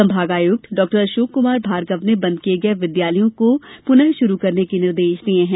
संभागायुक्त डॉक्टर अशोक कुमार भार्गव ने बंद किये विद्यालयों को पुनः शुरू करने के निर्देश दिये हैं